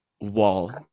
wall